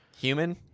Human